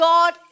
God